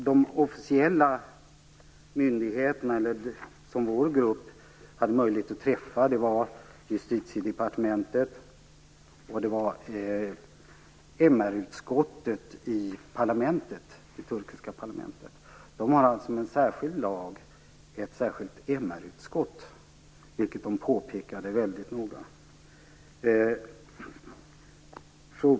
De officiella myndigheter som vår grupp hade möjlighet att träffa var: Justitiedepartementet och MR-utskottet i det turkiska parlamentet. De har alltså genom en speciell lag ett särskilt MR-utskott, vilket de påpekade noga.